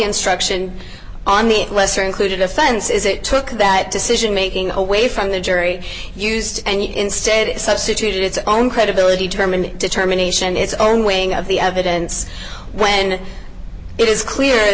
instruction on the lesser included offense is it took that decision making away from the jury used and instead substituted its own credibility terminate determination its own wing of the evidence when it is clear